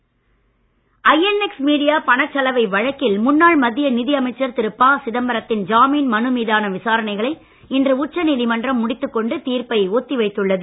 Chidambaram INX media பணச் சலவை வழக்கில் முன்னாள் மத்திய நிதியமைச்சர் திரு ப சிதம்பரத்தின் ஜாமீன் மனு மீதான விசாரணைகளை இன்று உச்சநீதிமன்றம் முடித்துக் கொண்டு தீர்ப்பை ஒத்தி வைத்துள்ளது